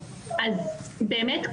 באמת,